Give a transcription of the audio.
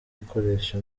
ukoresha